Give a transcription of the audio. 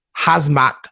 hazmat